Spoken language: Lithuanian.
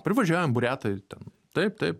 privažiuojam buriatai ten taip taip